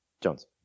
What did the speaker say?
Jones